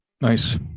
Nice